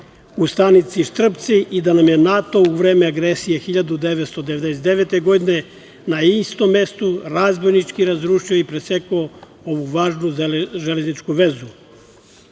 u stanici Štrpci i da nam je NATO u vreme agresije 1999. godine na istom mestu razbojnički razrušio i presekao ovu važnu železničku vezu,